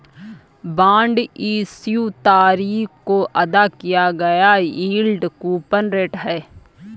bond issue तारीख को अदा किया गया यील्ड कूपन रेट है